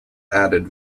added